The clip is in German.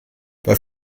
bei